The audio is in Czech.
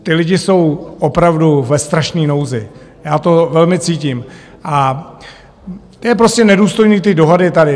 Ti lidé jsou opravdu ve strašné nouzi, já to velmi cítím, a jsou prostě nedůstojné ty dohady tady.